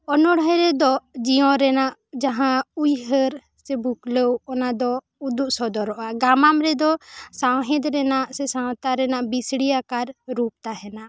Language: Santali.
ᱚᱱᱚᱬᱦᱮ ᱨᱮᱫᱚ ᱡᱤᱭᱚᱱ ᱨᱮᱱᱟᱜ ᱡᱟᱦᱟᱸ ᱩᱭᱦᱟᱹᱨ ᱥᱮ ᱵᱷᱩᱠᱞᱟᱹᱣ ᱚᱱᱟ ᱫᱚ ᱩᱫᱩᱜ ᱥᱚᱫᱚᱨᱚᱜ ᱟ ᱜᱟᱢᱟᱢ ᱨᱮᱫᱚ ᱥᱟᱶᱦᱮᱫ ᱨᱮᱱᱟᱜ ᱥᱮ ᱥᱟᱶᱛᱟ ᱨᱮᱱᱟᱜ ᱵᱤᱥᱲᱤᱭᱟᱠᱟᱨ ᱨᱩᱯ ᱛᱟᱦᱮᱱᱟ